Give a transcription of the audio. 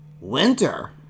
Winter